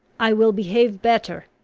i will behave better,